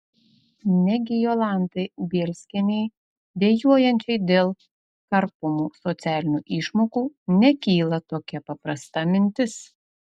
negi jolantai bielskienei dejuojančiai dėl karpomų socialinių išmokų nekyla tokia paprasta mintis